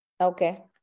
Okay